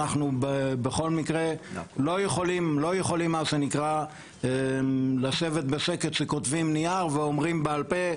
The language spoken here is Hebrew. אנחנו בכל מקרה לא יכולים לשבת בשקט שכותבים נייר ואומרים בעל פה,